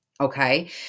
Okay